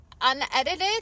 unedited